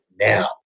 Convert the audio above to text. now